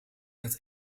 het